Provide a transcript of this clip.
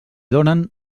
donen